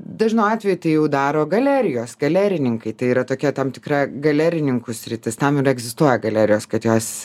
dažnu atveju tai jau daro galerijos galerininkai tai yra tokia tam tikra galerininkų sritis tam ir egzistuoja galerijos kad jos